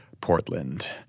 Portland